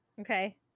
Okay